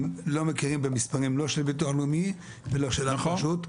מכירים במספרים לא של ביטוח לאומי ולא של אף רשות,